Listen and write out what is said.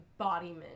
embodiment